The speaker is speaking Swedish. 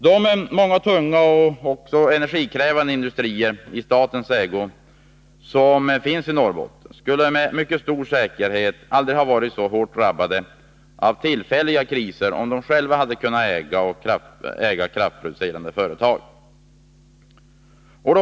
De många tunga och energikrävande industrier i statens ägo som finns i Norrbotten skulle med stor säkerhet aldrig ha varit så hårt drabbade av tillfälliga kriser om dessa själva ägt kraftproducerande företag.